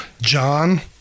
John